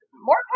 More